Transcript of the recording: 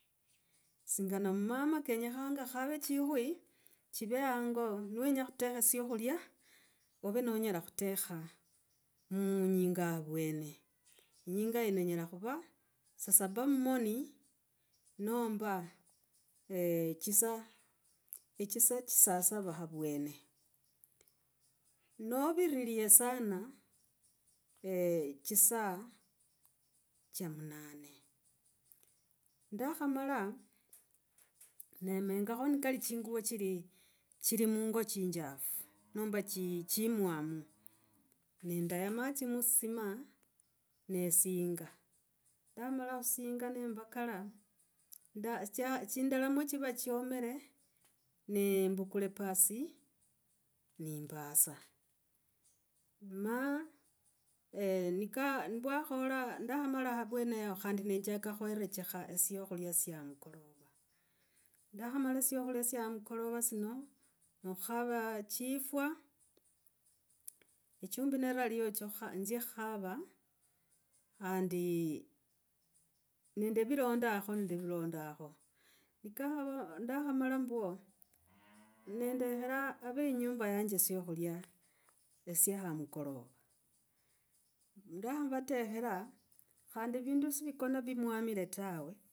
Singana muma kenyakhanga okhave chikhwi chive hango, niwenya khutekha syakulya ove nonyela khutekha, muinyinga avwene. Inyinga yene enyela khuva saa saba amoni, nomba chisaa, echisaa cha saa saba avwene. noviriliye sana chisaa cha munane. Ndakhamala nemenkakho ni kali chinguvo chili, chili mungo chinjafu nomba chili chimwana, nendeya matsi musisima nesinga. Ndamala khusinga nambakalac chindala nichiva chomre nembukula epasi nembasa. Ma nika, nivwakhola ndakhamala avwene yaho khandi nenjeka khuirekekha syakhulya sia amukolova, ndakhamala syakhulia sya amukolova sino. nokhukava chifwa. echumbi neraliyo nzye khukhava khandi nende virondakho. Nekava, ndakhamala mbwo, nendekhraa ave yinyumba yanje syakhulya sya amukolova. ndakhavatekhra. vindu sivikona vimwamire tawe.